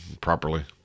properly